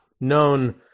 known